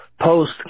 Post